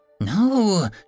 No